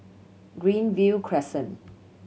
Greenview Crescent